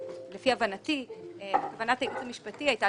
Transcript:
לפי הבנתי כוונת הייעוץ המשפטי של הוועדה הייתה